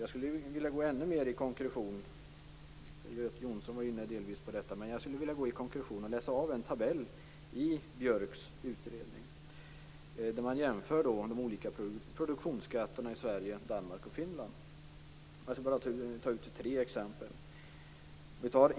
Göte Jonsson var delvis inne på detta, men jag skulle vilja gå än mer i konkretion och läsa en tabell i Björks utredning. Där jämförs de olika produktionsskatterna i Sverige, Danmark och Finland. Jag skall ta tre exempel.